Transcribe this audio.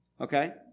okay